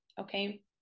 okay